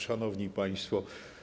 Szanowni Państwo!